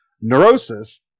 neurosis